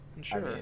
Sure